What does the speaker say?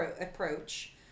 approach